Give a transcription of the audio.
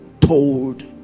told